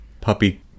Puppy